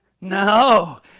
No